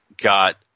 got